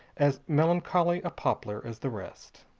as melancholy a poplar as the rest.